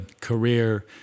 career